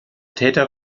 täter